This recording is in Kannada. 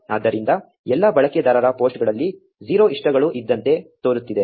ಆದ್ದರಿಂದ ಎಲ್ಲಾ ಬಳಕೆದಾರರ ಪೋಸ್ಟ್ಗಳಲ್ಲಿ 0 ಇಷ್ಟಗಳು ಇದ್ದಂತೆ ತೋರುತ್ತಿದೆ